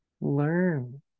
Learn